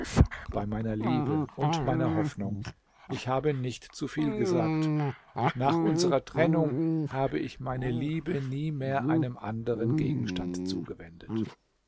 bei meiner liebe und meiner hoffnung ich habe nicht zu viel gesagt nach unserer trennung habe ich meine liebe nie mehr einem anderen gegenstand zugewendet